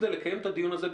כדי לקדם את הדיון הזה,